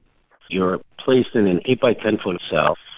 you're placed in an eight by ten foot cell,